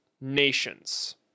nations